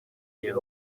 llega